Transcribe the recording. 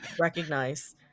recognize